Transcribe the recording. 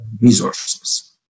resources